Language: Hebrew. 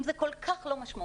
אם זה כל כך לא משמעותי.